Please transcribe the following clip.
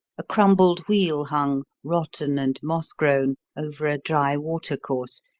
a crumbled wheel hung, rotten and moss-grown, over a dry water-course,